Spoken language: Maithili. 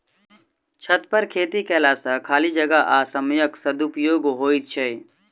छतपर खेती कयला सॅ खाली जगह आ समयक सदुपयोग होइत छै